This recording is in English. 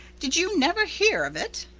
did you never hear of it?